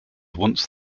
once